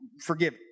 forgive